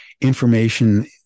information